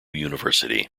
university